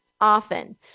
often